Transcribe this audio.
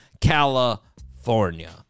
California